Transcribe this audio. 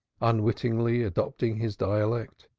unwittingly adopting his dialect.